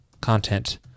content